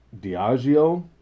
Diageo